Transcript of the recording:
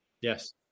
Yes